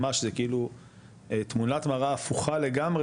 ממש זה כאילו תמונת מראה הפוכה לגמרי